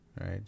right